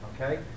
okay